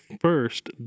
first